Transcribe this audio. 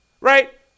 right